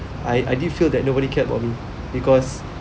I I did feel that nobody cared about me because